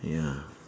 ya